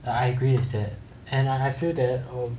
I agree with that and I feel there um